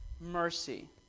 mercy